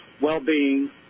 well-being